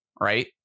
Right